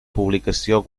publicació